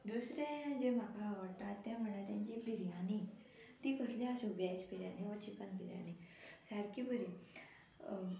दुसरें जें म्हाका आवडटा तें म्हणल्यार तेंची बिरयानी ती कसली आसूं वॅज बिरयानी वा चिकन बिरयानी सारकी बरी